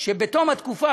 שבתום התקופה,